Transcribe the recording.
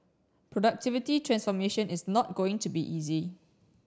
productivity transformation is not going to be easy